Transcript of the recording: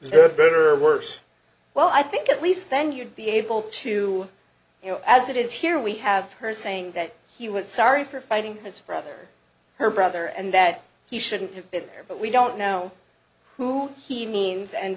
there better or worse well i think at least then you'd be able to you know as it is here we have her saying that he was sorry for fighting his for other her brother and that he shouldn't have been there but we don't know who he means and